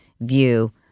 view